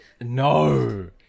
No